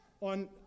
on